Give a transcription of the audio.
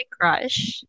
crush